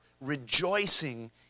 rejoicing